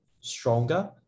stronger